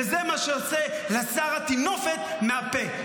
וזה מה שעושה רס"ר הטינופת מהפה.